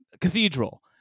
cathedral